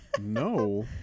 no